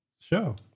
show